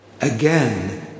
Again